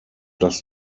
das